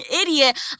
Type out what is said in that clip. idiot